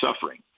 suffering